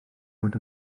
fod